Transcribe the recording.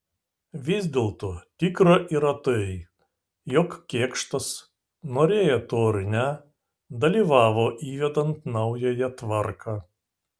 vis dėlto tikra yra tai jog kėkštas norėjo to ar ne dalyvavo įvedant naująją tvarką